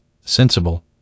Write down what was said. sensible